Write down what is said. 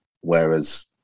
whereas